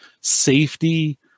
safety